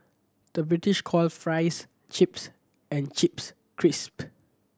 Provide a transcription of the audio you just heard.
the British call fries chips and chips crisp